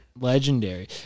Legendary